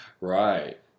right